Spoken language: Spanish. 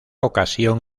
ocasión